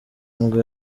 ngo